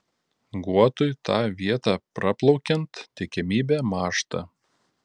guotui tą vietą praplaukiant tikimybė mąžta